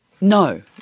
No